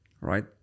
Right